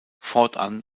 fortan